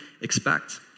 expect